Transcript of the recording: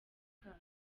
kazo